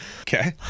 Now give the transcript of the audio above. okay